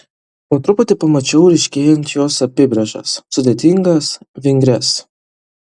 po truputį pamačiau ryškėjant jos apybrėžas sudėtingas vingrias